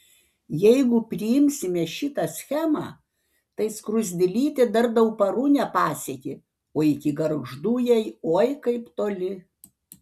jeigu priimsime šitą schemą tai skruzdėlytė dar dauparų nepasiekė o iki gargždų jai oi kaip toli